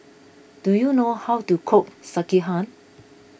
do you know how to cook Sekihan